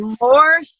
more